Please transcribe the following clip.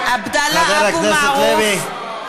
חבר הכנסת לוי.